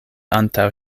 antaŭ